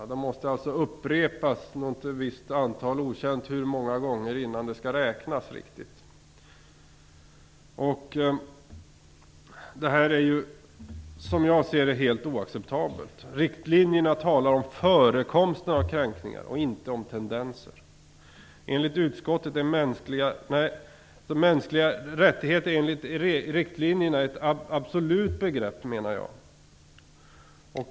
De måste alltså upprepas ett visst antal gånger - hur många är okänt - innan de riktigt skall räknas. Som jag ser det är detta helt oacceptabelt. I riktlinjerna talas det om förekomsten av kränkningar, och inte om tendenser. Enligt riktlinjerna är de mänskliga rättigheterna ett absolut begrepp.